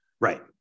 right